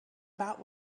about